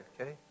okay